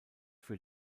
für